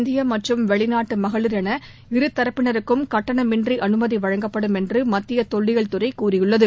இந்திய மற்றும் வெளிநாட்டு மகளிர் என இருதரப்பினருக்கும் கட்டணமின்றி அனுமதி வழங்கப்படும் என்று மத்திய தொல்லியல் துறை கூறியுள்ளது